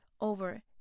over